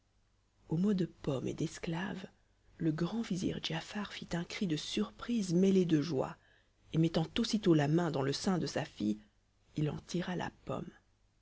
aux mots de pomme et d'esclave le grand vizir giafar fit un cri de surprise mêlée de joie et mettant aussitôt la main dans le sein de sa fille il en tira la pomme